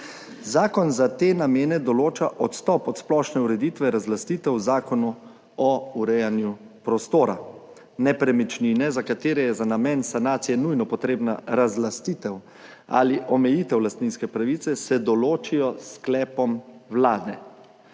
Zakon za te namene določa odstop od splošne ureditve razlastitev Zakonu o urejanju prostora. Nepremičnine, za katere je za namen sanacije nujno potrebna razlastitev ali omejitev lastninske pravice 26. TRAK: (SB)